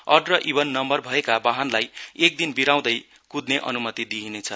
odd र even number भएका वाहनलाई एक दिन विराउँदै कुद्ने अनिमति दिइनेछ